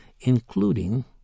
including